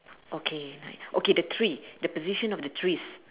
okay okay the tree the position of the trees